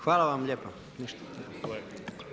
Hvala vam lijepa.